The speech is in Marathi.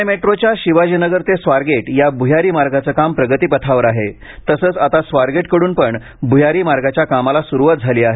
पुणे मेट्रोच्या शिवाजी नगर ते स्वारगेट या भुयारी मार्गाचं काम प्रगतीपथावर आहे तसंच आता स्वारगेटकड्रन पण भ्यारी मार्गाच्या कामाला सुरुवात झाली आहे